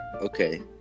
okay